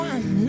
One